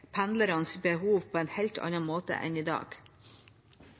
pendlernes behov på en helt annen måte enn i dag.